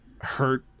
hurt